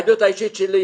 העדות האישית שלי.